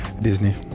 Disney